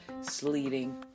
sleeting